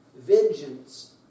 vengeance